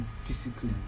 physically